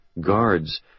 guards